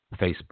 Facebook